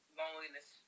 loneliness